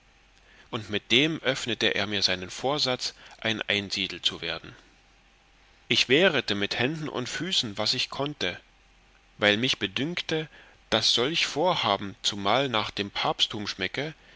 und mit dem öffnete er mir seinen vorsatz ein einsiedel zu werden ich wehrete mit händen und füßen was ich konnte weil mich bedünkte daß solch vorhaben zumal nach dem papsttum schmecke